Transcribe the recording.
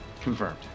Confirmed